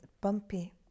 bumpy